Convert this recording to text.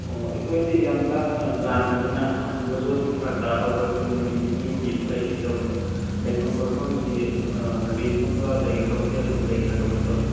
ꯑꯣ ꯑꯩꯈꯣꯏꯁꯤ ꯌꯥꯝ ꯂꯥꯞꯅ ꯂꯥꯛꯄꯅꯤꯅ ꯍꯟꯕꯁꯨ ꯑꯗꯨꯝ ꯐꯔꯛ ꯇꯥꯗꯧꯕ ꯑꯩꯈꯣꯏ ꯅꯨꯃꯤꯠ ꯅꯤꯅꯤ ꯍꯨꯝꯅꯤ ꯑꯗꯨꯝ ꯂꯩꯖꯒꯦ ꯇꯧꯃꯤ ꯑꯗꯣ ꯂꯩꯐꯝ ꯈꯣꯠꯐꯝꯁꯤ ꯔꯦꯟꯒꯨꯝꯕ ꯂꯩꯒꯗ꯭ꯔꯣ ꯍꯣꯇꯦꯜꯒꯨꯝꯕ ꯂꯩꯒꯗ꯭ꯔꯣ ꯀꯃꯥꯏꯅ ꯇꯧꯏ